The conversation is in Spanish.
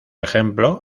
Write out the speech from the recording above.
ejemplo